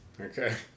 Okay